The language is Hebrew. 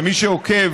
ומי שעוקב